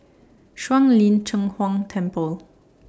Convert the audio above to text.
Shuang Lin Cheng Huang Temple